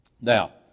now